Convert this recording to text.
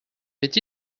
fait